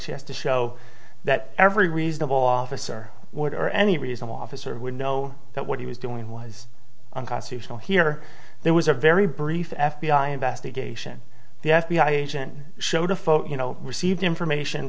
she has to show that every reasonable officer would or any reasonable officer would know that what he was doing was unconstitutional here there was a very brief f b i investigation the f b i agent showed a phone you know received information